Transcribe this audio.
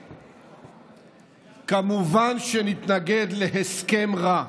כמובן שנתנגד להסכם רע,